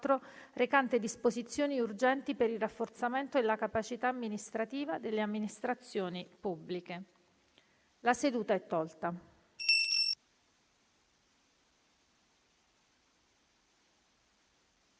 recante disposizioni urgenti per il rafforzamento della capacità amministrativa delle amministrazioni pubbliche (747) previ